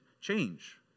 change